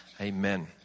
Amen